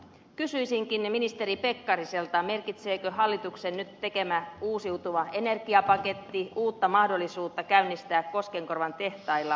kysyisinkin ministeri pekkariselta merkitseekö hallituksen nyt tekemä uusiutuva energiapaketti uutta mahdollisuutta käynnistää koskenkorvan tehtailla bioetanolin tuotanto